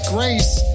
Grace